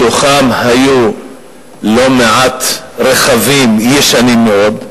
בתוכם היו לא מעט רכבים ישנים מאוד,